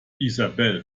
isabel